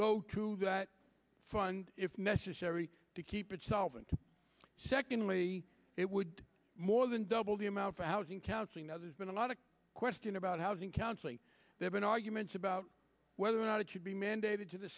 go to that fund if necessary to keep it solvent secondly it would more than double the amount for housing counseling now there's been a lot of question about housing counseling they've been arguments about whether it should be mandated to the